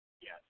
Yes